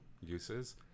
uses